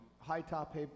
high-top